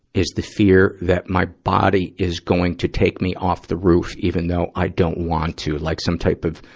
is the fear that my body is going to take me off the roof, even though i don't want to. like some type of,